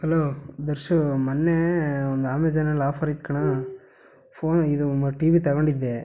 hello Darshu ಮೊನ್ನೆ ಒಂದು ಅಮೇಝಾನಲ್ಲಿ ಆಫರ್ ಇತ್ತು ಕಣೋ ಫೋನ್ ಇದು ಟಿ ವಿ ತೊಗೊಂಡಿದ್ದೆ